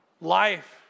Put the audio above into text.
life